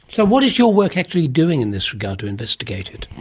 so what is your work actually doing in this regard to investigate it?